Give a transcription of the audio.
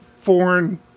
foreign